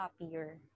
happier